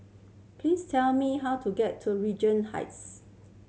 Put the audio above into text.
please tell me how to get to Regent Heights